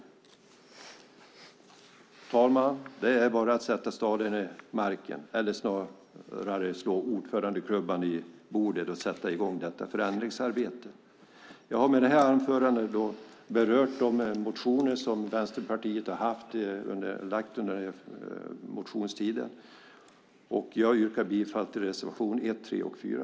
Herr talman! Det är bara att sätta spaden i marken eller snarare slå ordförandeklubban i bordet och sätta i gång detta förändringsarbete. Jag har med det här anförandet berört de motioner som Vänsterpartiet har lagt fram under den allmänna motionstiden. Jag yrkar bifall till reservationerna 1, 3 och 4.